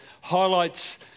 highlights